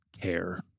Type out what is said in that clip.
care